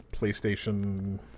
PlayStation